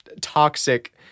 toxic